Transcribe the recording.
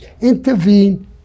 intervene